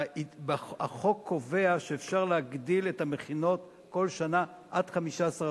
החוק קובע שאפשר להגדיל את המכינות כל שנה עד 15%,